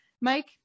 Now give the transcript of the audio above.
Mike